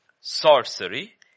sorcery